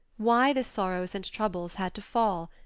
why the sorrows and troubles had to fall,